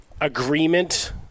agreement